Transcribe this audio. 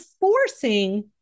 forcing